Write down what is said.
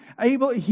able